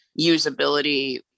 usability